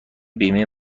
بیمه